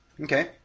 Okay